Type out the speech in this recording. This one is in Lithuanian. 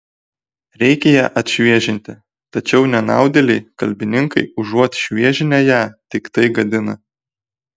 reikia ją atšviežinti tačiau nenaudėliai kalbininkai užuot šviežinę ją tiktai gadina